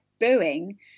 booing